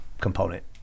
component